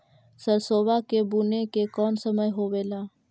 सरसोबा के बुने के कौन समय होबे ला?